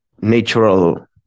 natural